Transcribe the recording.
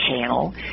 channel